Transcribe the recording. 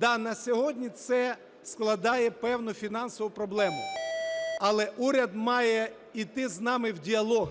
Да, на сьогодні це складає певну фінансову проблему, але уряд має іти з нами в діалог.